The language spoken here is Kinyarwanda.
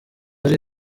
ari